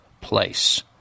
place